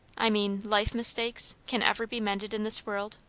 i mean life-mistakes, can ever be mended in this world?